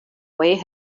way